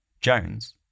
Jones